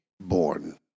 born